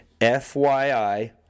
FYI